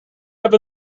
have